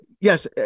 yes